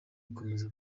gukomeza